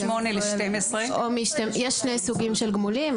יש שני סוגים של גמולים,